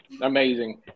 amazing